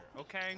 okay